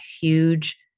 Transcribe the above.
huge